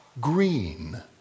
green